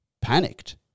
panicked